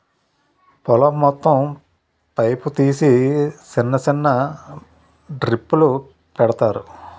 పొలం మొత్తం పైపు తీసి సిన్న సిన్న డ్రిప్పులు పెడతారు